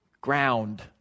ground